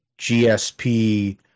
GSP